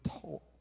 talk